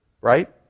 right